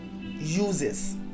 uses